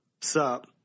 sup